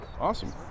Awesome